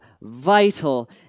vital